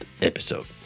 episode